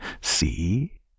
see